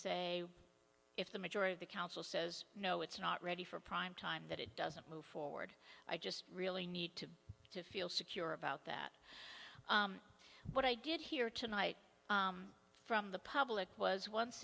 say if the majority of the council says no it's not ready for prime time that it doesn't move forward i just really need to feel secure about that but i did hear tonight from the public was once